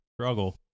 struggle